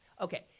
Okay